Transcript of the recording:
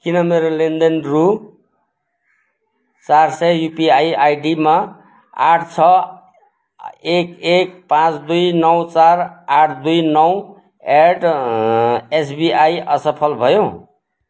किन मेरो लेनदेन रू चार सय युपिआई आईडिमा आठ छ एक एक पाँच दुई नौ चार आठ दुई नौ एट एसबिआई असफल भयो